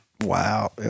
Wow